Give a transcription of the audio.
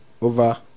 over